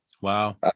Wow